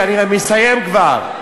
אני מסיים כבר.